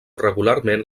regularment